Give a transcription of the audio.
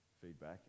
feedback